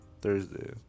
Thursday